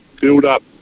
build-up